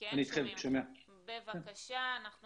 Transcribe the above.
אני אתחיל עם נושא הבדיקות --- אני אתייחס למכונות